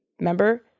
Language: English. remember